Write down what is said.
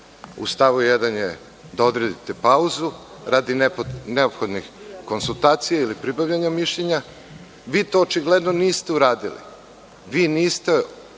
stavu 1. je da odredite pauzu radi neophodnih konsultacija ili pribavljanja mišljenja. Vi to očigledno niste uradili, vi niste otvorili